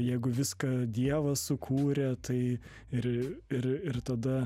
jeigu viską dievas sukūrė tai ir ir ir tada